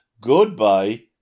goodbye